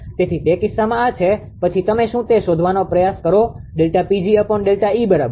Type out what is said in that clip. તેથી તે કિસ્સામાં આ છે અને પછી તમે શું છે તે શોધવાનો પ્રયાસ કરો ΔPgΔE બરાબર